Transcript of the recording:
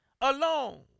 alone